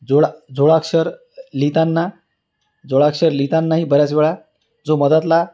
जोळा जोडाक्षर लिहिताना जोडाक्षर लिहितानाही बऱ्याच वेळा जो मध्यातला